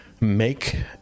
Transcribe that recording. make